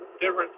different